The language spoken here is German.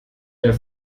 der